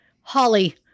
holly